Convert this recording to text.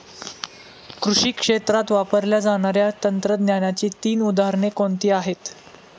कृषी क्षेत्रात वापरल्या जाणाऱ्या तंत्रज्ञानाची तीन उदाहरणे कोणती आहेत?